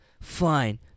fine